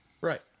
Right